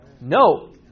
No